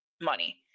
money